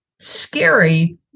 scary